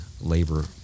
labor